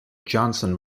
johnson